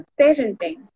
parenting